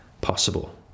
possible